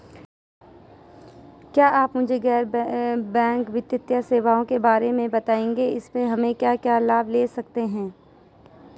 क्या आप मुझे गैर बैंक वित्तीय सेवाओं के बारे में बताएँगे इसमें हम क्या क्या लाभ ले सकते हैं?